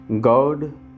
God